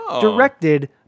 Directed